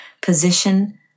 position